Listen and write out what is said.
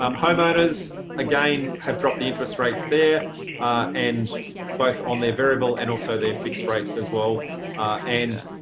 um homeowners again have dropped the interest rates there and both on their variable and also their fixed rates as well and